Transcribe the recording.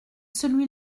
celui